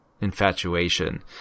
infatuation